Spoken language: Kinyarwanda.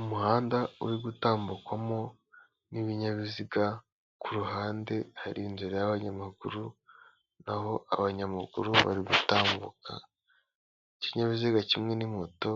Umuhanda uri gutambukwamo n'ibinyabiziga ku ruhande, hari inzira y'abanyamaguru, naho abanyamaguru bari gutambuka, ikinyabiziga kimwe ni moto,